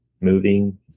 moving